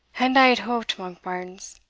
and i had hoped, monkbarns,